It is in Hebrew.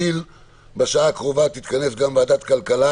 בשעה הקרובה תתכנס גם ועדת כלכלה